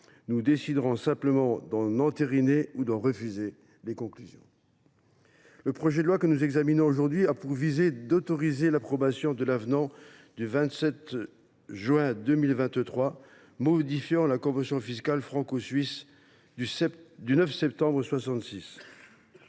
nous décidons donc simplement d’en entériner ou d’en refuser les conclusions. Le projet de loi que nous examinons aujourd’hui a pour visée d’autoriser l’approbation de l’avenant du 27 juin 2023 modifiant la convention fiscale franco suisse du 9 septembre 1966.